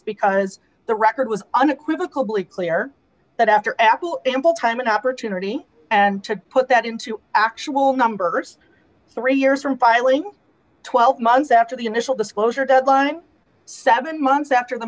because the record was unequivocal bleakly or that after apple ample time and opportunity and to put that into actual numbers three years from filing twelve months after the initial disclosure deadline seven months after the